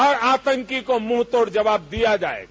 हर आतंकी को मुंह तोड़ जवाब दिया जायेगा